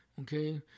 okay